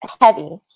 Heavy